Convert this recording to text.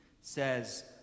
says